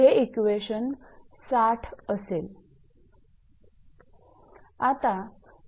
हे इक्वेशन 60 असेल